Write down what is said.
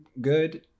good